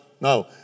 no